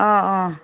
অঁ অঁ